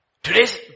Today's